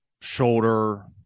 shoulder